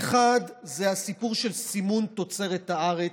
האחד זה הסיפור של סימון תוצרת הארץ.